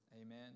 Amen